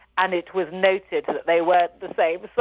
and it was noted that they weren't the same